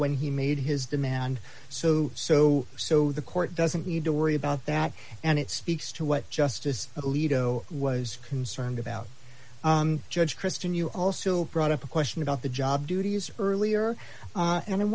when he made his demand so so so the court doesn't need to worry about that and it speaks to what justice alito was concerned about judge christian you also brought up a question about the job duties earlier and i